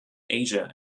asia